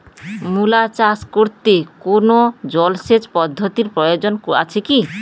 মূলা চাষ করতে কোনো জলসেচ পদ্ধতির প্রয়োজন আছে কী?